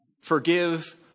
Forgive